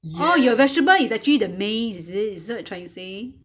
oh your vegetable is actually the maize is it is it what you trying to say